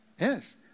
yes